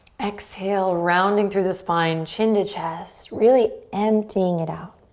exhale, rounding through the spine, chin to chest, really emptying it out.